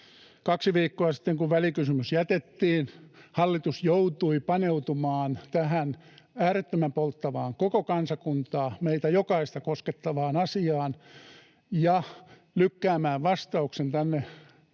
Kaksi viikkoa sitten, kun välikysymys jätettiin, hallitus joutui paneutumaan tähän äärettömän polttavaan koko kansakuntaa, meitä jokaista, koskettavaan asiaan ja lykkäämään vastauksen tänne